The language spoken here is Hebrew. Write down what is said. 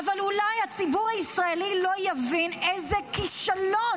אולי הציבור הישראלי לא יבין איזה כישלון,